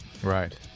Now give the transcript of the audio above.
right